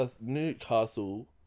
Newcastle